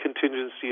contingency